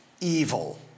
evil